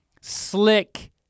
slick